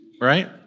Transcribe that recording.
right